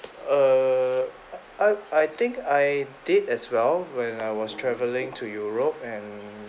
err I I think I did as well when I was travelling to europe and